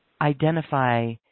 identify